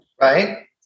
Right